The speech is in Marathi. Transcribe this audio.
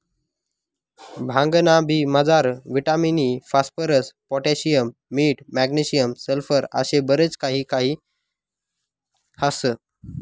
भांगना बी मजार विटामिन इ, फास्फरस, पोटॅशियम, मीठ, मॅग्नेशियम, सल्फर आशे बरच काही काही ह्रास